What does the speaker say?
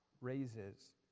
raises